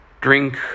drink